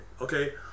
okay